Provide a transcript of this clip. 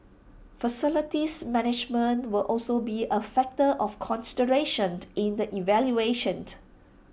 facilities management will also be A factor of consideration in the evaluation